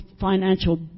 financial